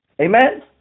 Amen